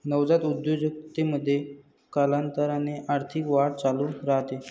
नवजात उद्योजकतेमध्ये, कालांतराने आर्थिक वाढ चालू राहते